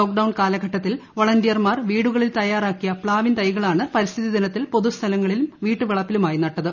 lockdown കാലഘട്ടത്തിൽ വളണ്ടിയർമാർ വീടുകളിൽ തയ്യാറാക്കിയ പ്താവിൻ പ്രൈകളാണ് പരിസ്ഥിതി ദിനത്തിൽ പൊതു സ്ഥലങ്ങളിലും വീട്ടുവളപ്പിലുമായി നട്ടത്